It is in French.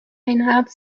reinhardt